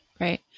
right